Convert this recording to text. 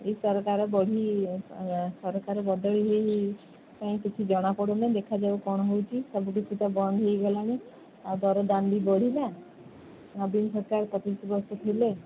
ଏଇ ସରକାର ବଢ଼ି ସରକାର ବଦଳି ହୋଇ କାଇଁ କିଛି ଜଣା ପଡୁ଼ନି ଦେଖାଯାଉ କ'ଣ ହେଉଛି ସବୁ କିଛି ତ ବନ୍ଦ ହୋଇଗଲାଣି ଆଉ ଦର ଦାମ୍ ବି ବଢ଼ିଲା ନବୀନ ପଟ୍ଟନାୟକ ପଚିଶି ବର୍ଷ ଥିଲେ